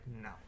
no